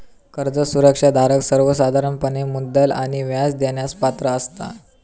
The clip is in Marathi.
कर्ज सुरक्षा धारक सर्वोसाधारणपणे मुद्दल आणि व्याज देण्यास पात्र असता